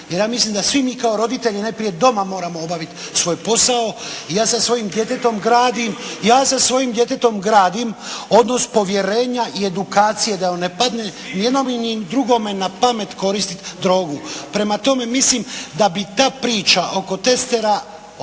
jer ja mislim da svi mi kao roditelji najprije doma moramo obaviti svoj posao. I ja sa svojim djetetom gradim odnos povjerenja i edukacije da ne padne ni jednom ni drugom na pamet koristiti drogu. Prema tome, mislim da bi ta priča oko testera koje